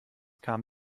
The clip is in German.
kam